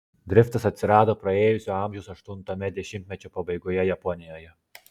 driftas atsirado praėjusio amžiaus aštuntame dešimtmečio pabaigoje japonijoje